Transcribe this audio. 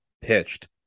pitched